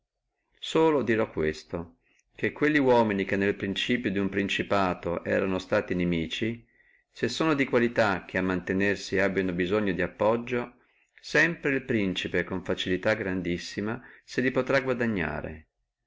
solo dirò questo che quelli uomini che nel principio di uno principato erono stati inimici che sono di qualità che a mantenersi abbino bisogno di appoggiarsi sempre el principe con facilità grandissima se li potrà guadagnare